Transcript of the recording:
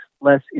less